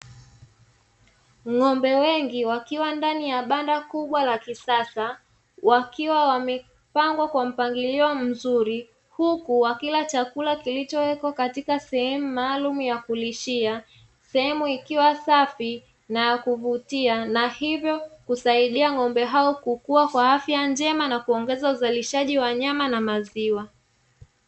Ng'ombe wengi wakiwa ndani ya banda kubwa la kisasa wakiwa wamepangwa kwa mpangilio mzuri huku wakila chakula kilichowekwa katika sehemu maalumu ya kulishia sehemu, ikiwa safi na yakuvutia na hivyo kusaidia ng'ombe hao kukua kwa afya njema na kuongeza uzalishaji wa nyama na maziwa.